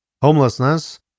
Homelessness